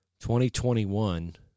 2021